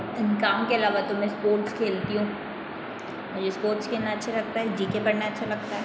इन काम के अलावा तो मैं स्पोर्ट्स खेलती हूँ मुझे स्पोर्ट्स खेलना अच्छा लगता है जी के पढ़ना अच्छा लगता है